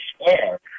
square